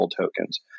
tokens